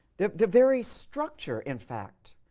the the very structure, in fact,